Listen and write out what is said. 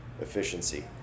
efficiency